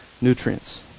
nutrients